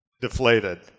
Deflated